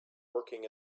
working